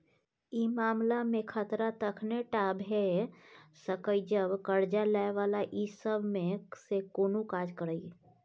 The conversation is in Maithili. ई मामला में खतरा तखने टा भेय सकेए जब कर्जा लै बला ई सब में से कुनु काज करे